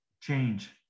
change